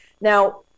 Now